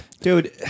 dude